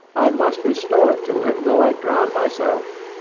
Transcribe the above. i must restore it to him though i drown myself.